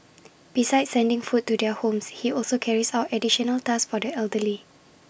besides sending food to their homes he also carries out additional tasks for the elderly